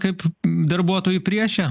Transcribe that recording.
kaip darbuotojų priešą